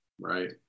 right